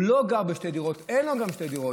הוא לא גר בשתי דירות וגם אין שתי דירות.